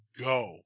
go